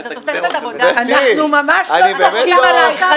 אבל זאת תוספת עבודה --- אנחנו ממש לא צוחקים עלייך,